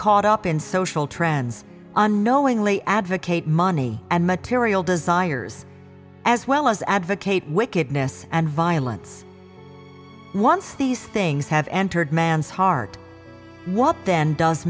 caught up in social trends unknowingly advocate money and material desires as well as advocate wickedness and violence once these things have entered man's heart what then does